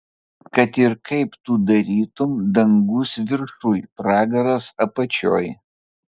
kad ir kaip tu darytum dangus viršuj pragaras apačioj